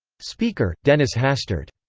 speaker dennis hastert